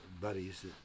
buddies